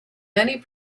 many